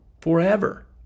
Forever